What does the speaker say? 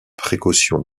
précautions